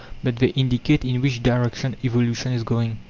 but they indicate in which direction evolution is going.